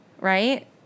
right